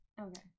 Okay